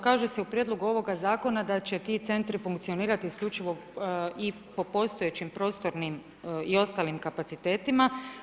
Kaže se u prijedlogu ovoga zakona da će ti centri funkcionirati isključivo i po postojećim prostornim i ostalim kapacitetima.